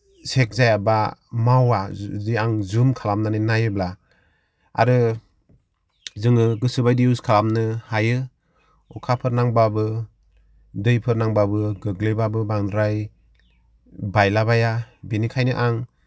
shake जाया बा मावा जुदि आं जुम खालामनानै नायोब्ला आरो जोङो गोसोबायदि इउज खालामनो हायो अखाफोर नांबाबो दैफोर नांबाबो गोग्लैबाबो बांद्राय बायला बाया बेनिखायनो आं